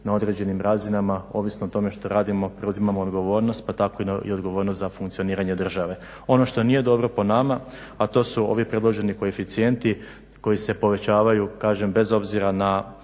na određenim razinama ovisno o tome što radimo preuzimamo odgovornost pa tako i odgovornost za funkcioniranje države. Ono što nije dobro po nama a to su predloženi ovi koeficijenti koji se povećavaju kažem bez obzira da